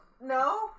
no